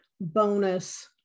bonus